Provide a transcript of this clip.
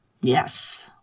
Yes